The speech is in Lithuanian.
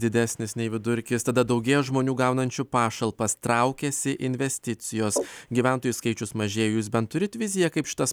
didesnis nei vidurkis tada daugėja žmonių gaunančių pašalpas traukiasi investicijos gyventojų skaičius mažėja jūs bent turite viziją kaip šitas